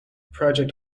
project